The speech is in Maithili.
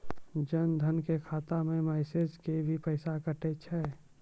जन धन के खाता मैं मैसेज के भी पैसा कतो छ?